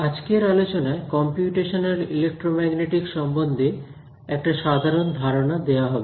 আজকের আলোচনায় computational electromagnetics সম্বন্ধে একটি সাধারণ ধারণা দেয়া হবে